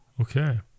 Okay